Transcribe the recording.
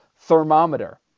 thermometer